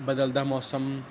ਬਦਲਦਾ ਮੌਸਮ